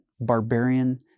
barbarian